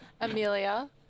amelia